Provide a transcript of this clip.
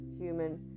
human